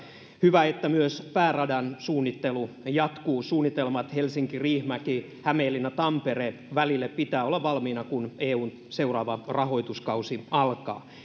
hyvä että myös pääradan suunnittelu jatkuu suunnitelmat helsinki riihimäki hämeenlinna tampere välille pitää olla valmiina kun eun seuraava rahoituskausi alkaa